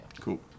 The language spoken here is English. Cool